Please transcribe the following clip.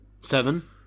Seven